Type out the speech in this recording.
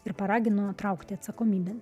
ir paragino traukti atsakomybėn